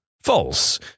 False